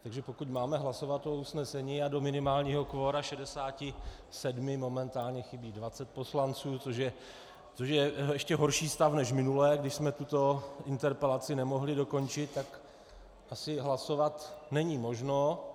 Takže pokud máme hlasovat o usnesení a do minimálního kvora 67 momentálně chybí 20 poslanců, což je ještě horší stav než minule, když jsme tuto interpelaci nemohli dokončit, tak asi hlasovat není možno.